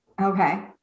Okay